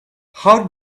how